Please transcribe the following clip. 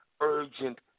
urgent